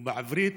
ובעברית,